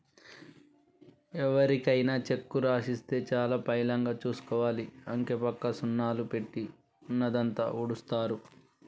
ఎవరికైనా చెక్కు రాసిస్తే చాలా పైలంగా చూసుకోవాలి, అంకెపక్క సున్నాలు పెట్టి ఉన్నదంతా ఊడుస్తరు